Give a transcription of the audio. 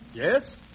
Yes